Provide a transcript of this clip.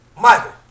Michael